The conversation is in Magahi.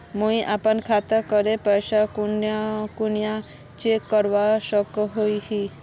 मुई अपना खाता डात पैसा कुनियाँ कुनियाँ चेक करवा सकोहो ही?